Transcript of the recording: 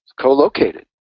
co-located